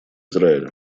израиля